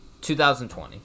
2020